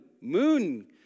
moon